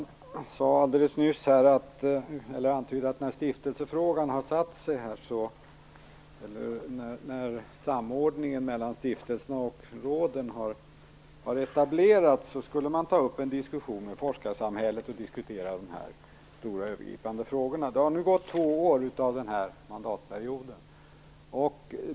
Fru talman! Carl Tham antydde nyss att när samordningen mellan stiftelserna och råden har etablerats skulle man ta upp en diskussion med forskarsamhället och diskutera de stora och övergripande frågorna. Det har nu gått två år av den här mandatperioden.